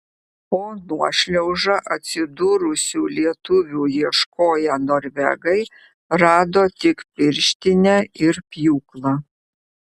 po nuošliauža atsidūrusių lietuvių ieškoję norvegai rado tik pirštinę ir pjūklą